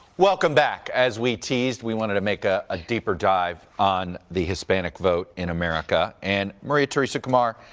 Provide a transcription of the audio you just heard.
welcome back. as we teased, we wanted to make a ah deeper dive on the hispanic vote in america. and maria teresa kumar,